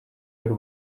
y’u